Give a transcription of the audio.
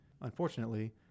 Unfortunately